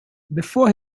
before